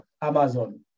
Amazon